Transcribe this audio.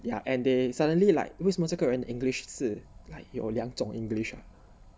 yeah and they suddenly like 为什么这个人的 english 是有两种 english